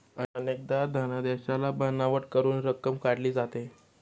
अनेकदा धनादेशाला बनावट करून रक्कम काढली जाते